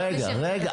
רגע,